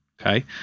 okay